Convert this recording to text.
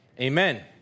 amen